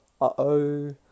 Uh-oh